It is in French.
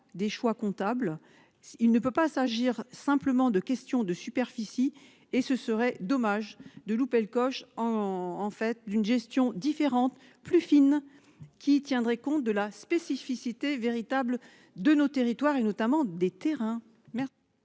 des choix comptables. Il ne peut pas s'agir simplement de questions de superficie et ce serait dommage de louper le coche en en fait d'une gestion différente plus fine qui tiendrait compte de la spécificité véritable de nos territoires et notamment des terrains